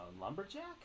lumberjack